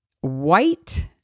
white